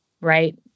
right